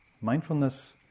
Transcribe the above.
Mindfulness